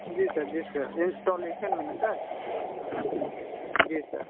जी जिस इंस्टालेशन में न सर जी सर